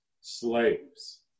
slaves